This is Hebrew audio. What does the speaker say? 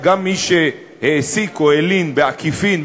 שגם מי שהעסיק או הלין בעקיפין,